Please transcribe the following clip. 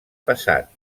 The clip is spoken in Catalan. passat